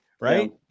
Right